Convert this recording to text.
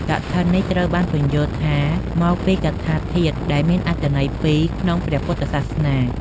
កឋិននេះត្រូវបានពន្យល់ថាមកពី កថាធាតុដែលមានអត្ថន័យពីរក្នុងព្រះពុទ្ធសាសនា។